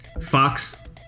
Fox